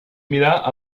mirar